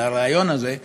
על הרעיון הזה,